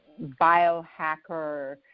biohacker